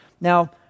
Now